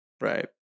Right